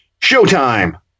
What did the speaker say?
Showtime